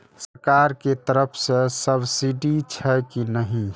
सरकार के तरफ से सब्सीडी छै कि नहिं?